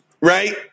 right